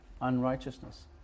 unrighteousness